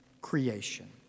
creation